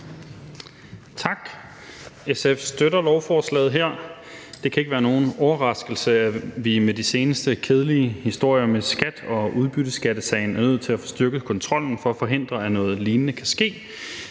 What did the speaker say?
Tak. SF støtter lovforslaget her. Det kan ikke være nogen overraskelse, at vi med de seneste kedelige historier om skatteforvaltningen og udbytteskattesagen er nødt til at få styrket kontrollen for at forhindre, at noget lignende kan ske.